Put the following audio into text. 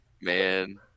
Man